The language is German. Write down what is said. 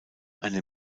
eine